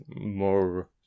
more